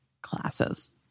classes